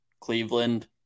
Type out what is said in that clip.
Cleveland